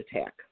attack